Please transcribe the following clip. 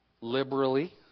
liberally